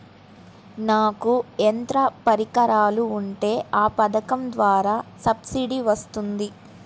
నాకు యంత్ర పరికరాలు ఉంటే ఏ పథకం ద్వారా సబ్సిడీ వస్తుంది?